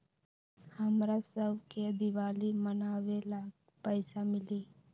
हमरा शव के दिवाली मनावेला पैसा मिली?